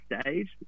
stage